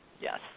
Yes